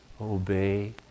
obey